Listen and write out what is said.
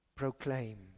proclaim